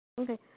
Okay